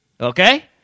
Okay